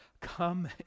Come